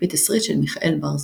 על-פי תסריט של מיכאל בר-זוהר.